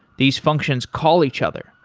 these functions call each other.